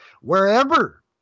Wherever